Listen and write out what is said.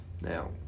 Now